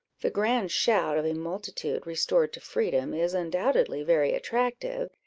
the grand shout of a multitude restored to freedom is undoubtedly very attractive,